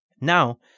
Now